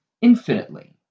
infinitely